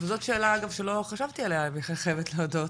וזאת שאלה אגב שלא חשבתי עליה, אני חייבת להודות.